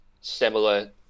similar